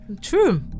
True